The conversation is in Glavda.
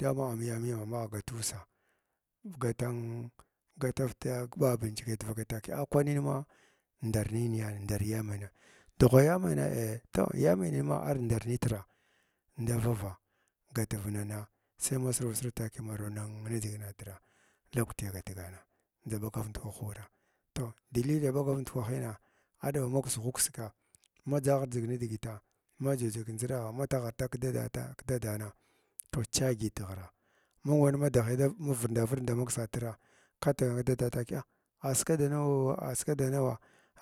Dama am yamiyam magh gatussa gaten gatar ɓa binchike tvakai takiya a kwaninma ndar nina ndar ya menya dughva ya menye eh toh ya menyinma ar ndar nitra takiya haraw nin nidiʒinatr kakwti agatgana ndʒa ɓagav ndukwah wuraa toh dalihiyi nda ɓagav ndukwahna aɗaba haksu ghu kisga ma dʒigha dʒiga nidigita me nji jig ki ndʒiɗagha ha taghav tug kidadata kidadana kats kyə dyə tghrag mung wan ma dahi darak vurnda vurdig da maksatra kat tagama danawa